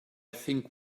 think